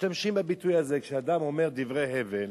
משתמשים בביטוי הזה, כשאדם אומר דברי הבל,